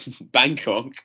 Bangkok